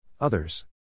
Others